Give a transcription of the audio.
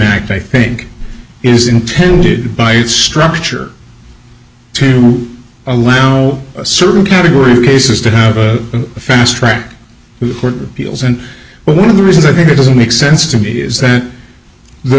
act i think is intended by its structure to a certain category of cases to have a fast track record heels and well one of the reasons i think it doesn't make sense to me is that the